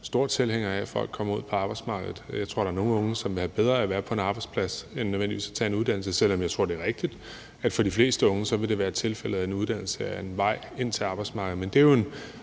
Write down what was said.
stor tilhænger af, at folk kommer ud på arbejdsmarkedet. Jeg tror, der er nogle unge, som vil have bedre af at være på en arbejdsplads end nødvendigvis at tage en uddannelse, selv om jeg tror, det er rigtigt, at for de fleste unge vil det være tilfældet, at en uddannelse er en vej ind til arbejdsmarkedet, men det er jo en